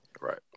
Right